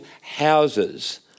houses